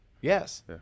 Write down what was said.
Yes